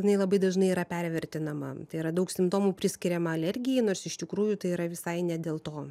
jinai labai dažnai yra pervertinama tai yra daug simptomų priskiriama alergijai nors iš tikrųjų tai yra visai ne dėl to